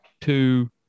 two